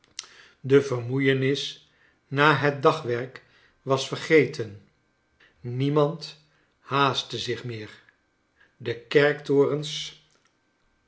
de vermoeienis na het dagwerk was vergeten niemand haastte zich meer de kerktorens